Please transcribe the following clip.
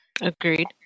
Agreed